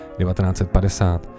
1950